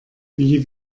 wie